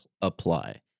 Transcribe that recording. apply